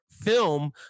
film